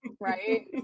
Right